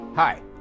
Hi